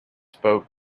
spoke